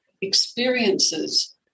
experiences